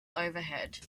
overhead